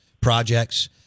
projects